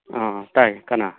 ꯑꯥ ꯇꯥꯏ ꯀꯅꯥ